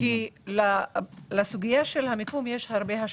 כי לסוגיית המיקום יש הרבה השלכות.